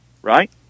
Right